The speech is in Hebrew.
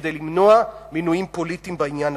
כדי למנוע מינויים פוליטיים בתחום הזה.